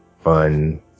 Fun